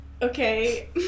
Okay